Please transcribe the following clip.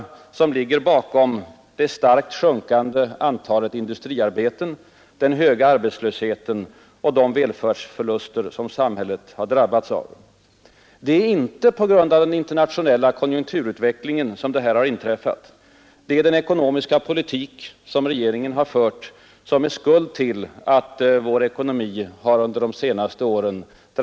Dessa fakta ligger bakom det starkt sjunkande antalet industriarbeten och den höga arbetslösheten samt de välfärdsförluster för hela samhället som därmed uppkommit. Våra sysselsättningsoch balansproblem har icke sin grund i den internationella konjunkturutvecklingen. Det är den ekonomiska politik som regeringen bedrivit framför allt under de senaste åren som orsakat den nära nog fullständiga stagnationen i ekonomin.